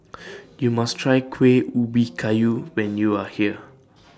YOU must Try Kueh Ubi Kayu when YOU Are here